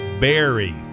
Barry